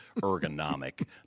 ergonomic